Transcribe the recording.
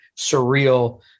surreal